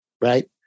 right